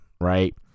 right